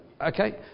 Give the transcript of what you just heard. okay